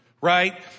right